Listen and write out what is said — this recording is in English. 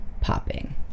popping